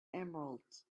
emeralds